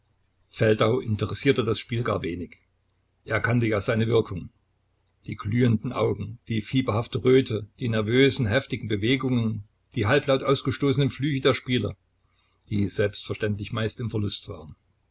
feldau interessierte das spiel gar wenig er kannte ja seine wirkung die glühenden augen die fieberhafte röte die nervösen heftigen bewegungen die halblaut ausgestoßenen flüche der spieler die selbstverständlich meist im verlust waren